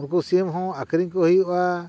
ᱩᱱᱠᱩ ᱥᱤᱢ ᱦᱚᱸ ᱟᱠᱷᱨᱤᱧ ᱠᱚ ᱦᱩᱭᱩᱜᱼᱟ